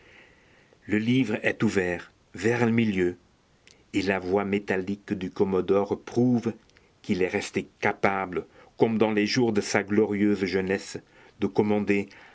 le livre est ouvert vers le milieu et la voix métallique du commodore prouve qu'il est resté capable comme dans les jours de sa glorieuse jeunesse de commander